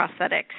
prosthetics